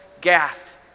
Gath